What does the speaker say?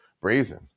brazen